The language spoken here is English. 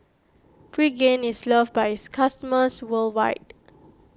Pregain is loved by its customers worldwide